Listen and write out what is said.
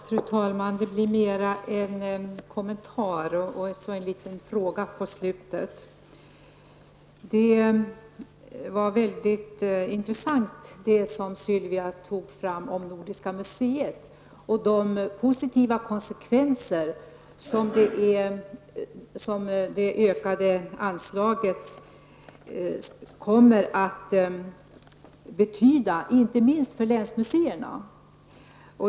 Fru talman! Detta blir mer en kommentar än en replik och på slutet en liten fråga. Det var väldigt intressant det Sylvia Pettersson sade om Nordiska museet och de positiva konsekvenser som det ökade anslaget kommer att få, inte minst för länsmuseerna.